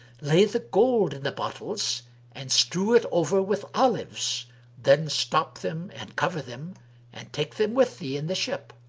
lay the gold in the bottles and strew it over with olives then stop them and cover them and take them with thee in the ship.